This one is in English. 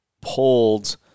pulled